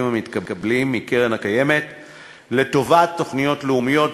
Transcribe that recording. המתקבלים מהקרן הקיימת לטובת תוכניות לאומיות,